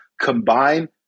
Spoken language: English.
combine